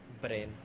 Brain